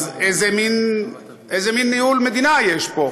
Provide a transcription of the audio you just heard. אז איזה מין ניהול מדינה יש פה?